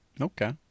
Okay